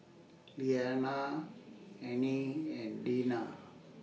Liana Anie and Deena